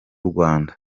rwanda